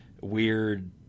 weird